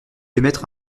émettre